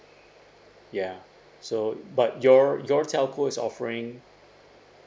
ya so but your your telco is offering